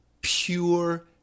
pure